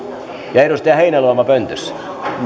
ja edustaja heinäluoma pöntössä